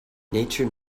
nature